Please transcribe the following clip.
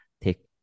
take